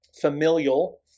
familial